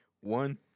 one